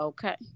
Okay